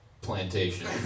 plantation